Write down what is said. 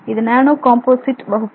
இது nano composite வகுப்பு